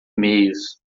mails